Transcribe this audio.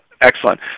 excellent